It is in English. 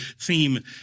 theme